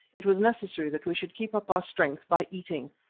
it was necessary that we should keep up our strength by eating.